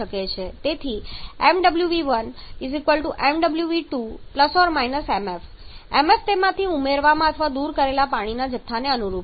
તેથી ṁwv 1 ṁwv 2 ṁf ṁf તેમાંથી ઉમેરવામાં અથવા દૂર કરેલા પાણીના જથ્થાને અનુરૂપ છે